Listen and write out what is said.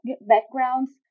backgrounds